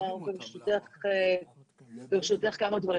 כמה דברים.